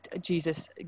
jesus